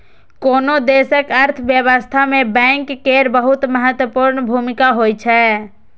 कोनो देशक अर्थव्यवस्था मे बैंक केर बहुत महत्वपूर्ण भूमिका होइ छै